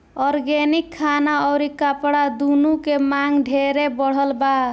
organic खाना अउरी कपड़ा दूनो के मांग ढेरे बढ़ल बावे